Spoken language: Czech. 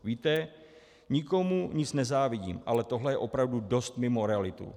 Víte, nikomu nic nezávidím, ale tohle je opravdu dost mimo realitu.